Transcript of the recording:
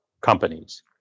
companies